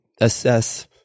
assess